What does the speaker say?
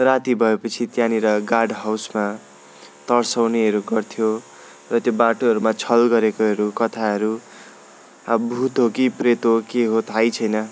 राति भएपछि त्यहाँनिर गार्ड हाउसमा तर्साउनेहरू गर्थ्यो र त्यो बाटोहरूमा छल गरेकोहरू कथाहरू अब भुत हो कि प्रेत हो के हो थाहै छैन